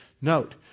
Note